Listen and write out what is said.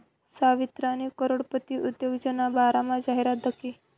सवितानी करोडपती उद्योजकना बारामा जाहिरात दखी